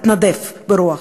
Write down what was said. התנדף ברוח.